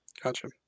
Gotcha